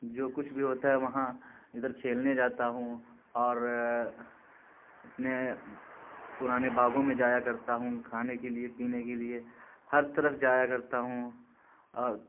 جو کچھ بھی ہوتا ہے وہاں ادھر کھیلنے جاتا ہوں اور اپنے پرانے باغوں میں جایا کرتا ہوں کھانے کے لیے پینے کے لیے ہر طرف جایا کرتا ہوں اور